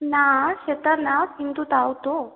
না সেটা না কিন্তু তাও তো